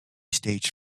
stage